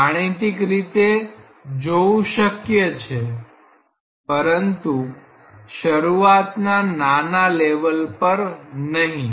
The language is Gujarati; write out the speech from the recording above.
ગાણિતિક રીતે જોવું શક્ય છે પરંતુ શરૂઆત ના નાના લેવલ પર નહીં